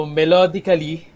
melodically